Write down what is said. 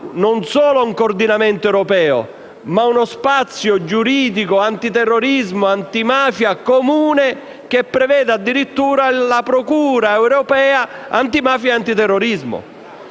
ad un coordinamento europeo e ad uno spazio giuridico antiterrorismo e antimafia comune, che preveda addirittura la procura europea antimafia e antiterrorismo.